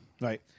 right